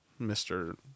Mr